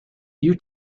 you